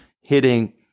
hitting